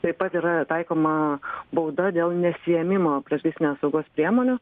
taip pat yra taikoma bauda dėl nesiėmimo priešgaisrinės saugos priemonių